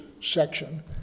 section